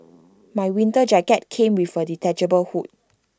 my winter jacket came with A detachable hood